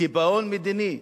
קיפאון מדיני,